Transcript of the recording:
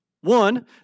One